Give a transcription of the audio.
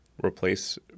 replace